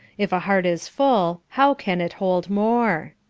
if a heart is full how can it hold more?